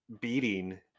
beating